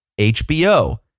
hbo